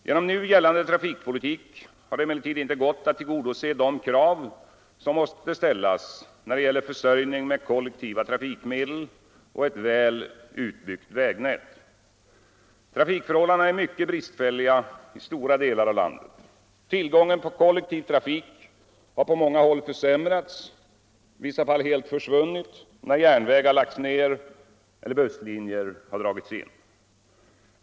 Genom nu gällande trafikpolitik har det emellertid inte gått att tillgodose de krav som måste ställas när det gäller försörjning med kollektiva trafikmedel och ett väl utbyggt vägnät. Trafikförhållandena är mycket bristfälliga i stora delar av landet. Tillgången på kollektiv trafik har på många håll försämrats - i vissa fall helt försvunnit — när järnvägar lagts ner och busslinjer dragits in.